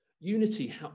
unity